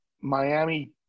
Miami